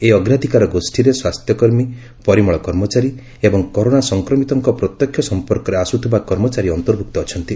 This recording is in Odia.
ଏହି ଅଗ୍ରାଧିକାର ଗୋଷ୍ଠୀରେ ସ୍ୱାସ୍ଥ୍ୟ କର୍ମୀ ପରିମଳ କର୍ମଚାରୀ ଏବଂ କରୋନା ସଂକ୍ରମିତଙ୍କ ପ୍ରତ୍ୟକ୍ଷ ସମ୍ପର୍କରେ ଆସୁଥିବା କର୍ମଚାରୀ ଅନ୍ତର୍ଭୁକ୍ତ ଅଛନ୍ତି